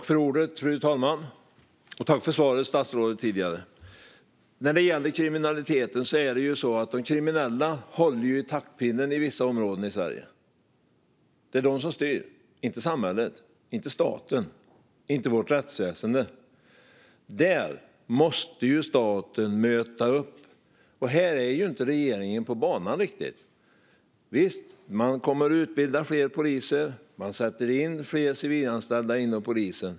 Fru talman! Tack för svaret tidigare, statsrådet! När det gäller kriminaliteten håller de kriminella i taktpinnen i vissa områden i Sverige. Det är de som styr, inte samhället, staten eller vårt rättsväsen. Där måste staten möta upp. Här är regeringen inte riktigt på banan. Visst, man kommer att utbilda fler poliser, och man sätter in fler civilanställda inom polisen.